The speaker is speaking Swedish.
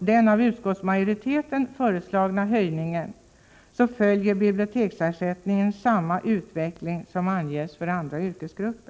den av utskottsmajoriteten föreslagna höjningen följer biblioteksersättningen samma utveckling som anges för andra yrkesgrupper.